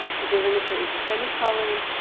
the delimiter is a semicolon,